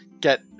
get